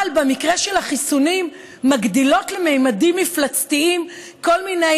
אבל במקרה של החיסונים הן מגדילות לממדים מפלצתיים כל מיני